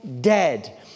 dead